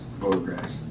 photographs